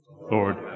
Lord